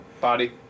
Body